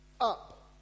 up